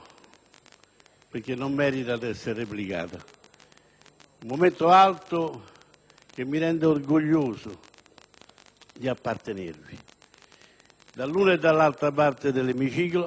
perché non merita di essere replicata), che mi rende orgoglioso di appartenervi. Dall'una e dall'altra parte dell'emiciclo